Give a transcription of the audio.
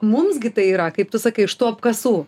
mums gi tai yra kaip tu sakai iš tų apkasų